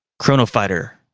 chronofighter.